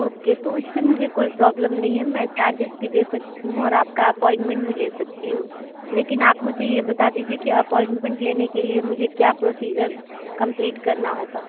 okay तो इस से मुझे कोई प्रॉब्लम नहीं है मैं चार्जेस भी दे सकती हूँ और आप का अपॉइंटमेंट भी ले सकती हूँ लेकिन आप मुझे ये बता दीजिए की अपॉइंटमेंट लेने के लिए मुझे क्या प्रोसीज़र कंप्लीट करना होगा